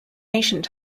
ancient